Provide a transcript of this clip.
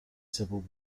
civil